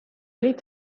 liit